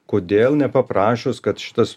kodėl nepaprašius kad šitas